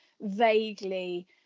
vaguely